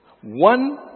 one